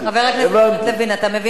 אתה מבין שאתה זימנת את זה,